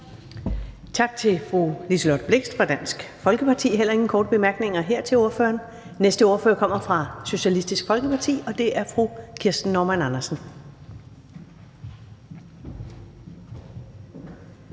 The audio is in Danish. Tak til fru Liselott Blixt fra Dansk Folkeparti. Der er heller ikke her nogen korte bemærkninger til ordføreren. Den næste ordfører kommer fra Socialistisk Folkeparti, og det er fru Kirsten Normann Andersen.